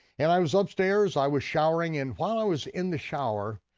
and i was upstairs. i was showering, and while i was in the shower,